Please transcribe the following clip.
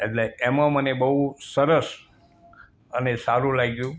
એટલે એમાં મને બઉ સરસ અને સારું લાગ્યું